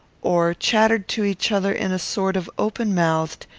or chattered to each other in a sort of open-mouthed,